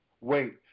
wait